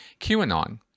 QAnon